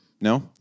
No